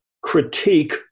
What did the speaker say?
critique